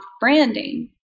branding